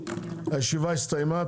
הישיבה הסתיימה.